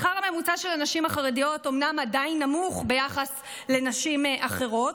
השכר הממוצע של הנשים החרדיות אומנם עדיין נמוך ביחס לנשים אחרות,